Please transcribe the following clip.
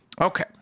Okay